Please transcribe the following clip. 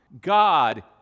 God